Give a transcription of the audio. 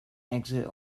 exit